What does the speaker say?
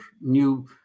new